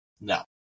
No